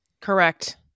Correct